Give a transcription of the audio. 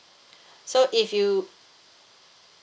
so if you